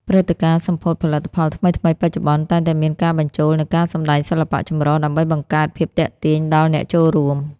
ព្រឹត្តិការណ៍សម្ពោធផលិតផលថ្មីៗបច្ចុប្បន្ន តែងតែមានការបញ្ចូលនូវការសម្តែងសិល្បៈចម្រុះ ដើម្បីបង្កើតភាពទាក់ទាញដល់អ្នកចូលរួម។